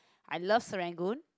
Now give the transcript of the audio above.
I love Serangoon